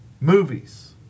Movies